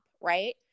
Right